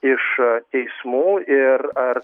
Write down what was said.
iš teismų ir ar